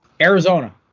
Arizona